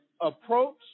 approach